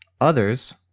Others